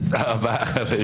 תודה רבה, חברים.